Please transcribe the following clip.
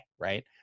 right